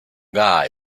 guy